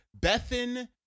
Bethan